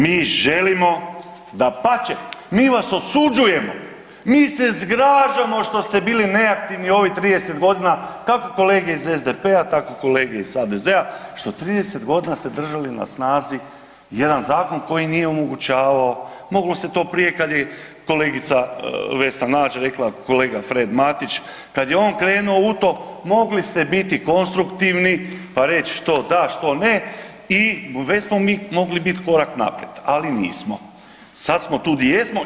Mi želimo, dapače mi vas osuđujemo, mi se zgražamo što ste bili neaktivni ovih 30 godina kako kolege iz SDP-a tako kolege iz HDZ-a što 30 godina ste držali na snazi jedan zakon koji nije omogućavao, moglo se to prije kada je kolegica Vesna Nađ rekla, kolega Fred Matić kad je on krenuo u to mogli ste biti konstruktivni pa reć što da, što ne i već smo mogli biti korak naprijed, ali nismo, sad smo tu di jesmo.